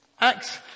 Acts